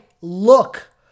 look